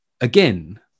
again